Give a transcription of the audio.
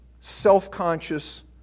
self-conscious